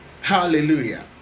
hallelujah